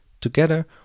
Together